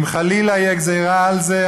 אם חלילה יהיה גזרה על זה,